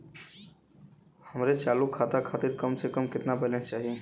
हमरे चालू खाता खातिर कम से कम केतना बैलैंस चाही?